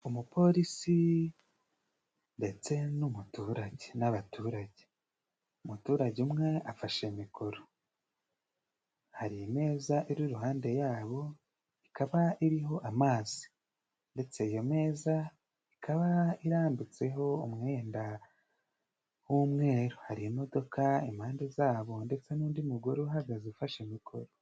Umupolisi ndetse n'umuturage, n'abaturage umuturage umwe afashe mikoro. Hari imeza iri iruhande yabo ikaba iriho amazi, ndetse iyo meza ikaba irambitseho umwenda w'umweru. Hari imodoka impande zabo ndetse n'undi mugore uhagaze ufashe mikoro.